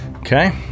Okay